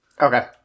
Okay